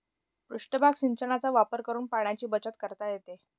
पृष्ठभाग सिंचनाचा वापर करून पाण्याची बचत करता येते